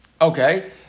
Okay